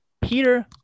Peter